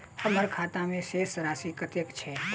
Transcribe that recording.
हम्मर खाता मे शेष राशि कतेक छैय?